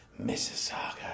Mississauga